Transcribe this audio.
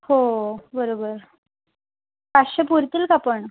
हो बरोबर पाचशे पुरतील का पण